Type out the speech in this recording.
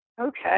Okay